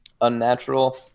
unnatural